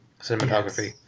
cinematography